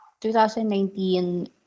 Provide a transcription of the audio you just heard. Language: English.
2019